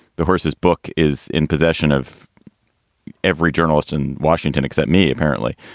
the horses book is in possession of every journalist in washington except me, apparently.